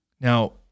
Now